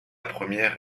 première